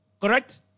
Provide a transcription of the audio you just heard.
Correct